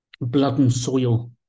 blood-and-soil